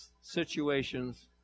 situations